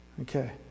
Okay